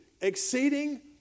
exceeding